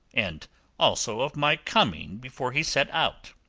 and also of my coming before he set out.